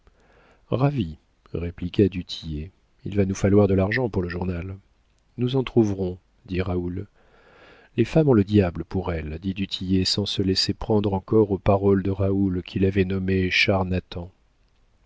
répliqua du tillet il va nous falloir de l'argent pour le journal nous en trouverons dit raoul les femmes ont le diable pour elles dit du tillet sans se laisser prendre encore aux paroles de raoul qu'il avait nommé charnathan